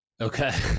okay